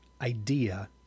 idea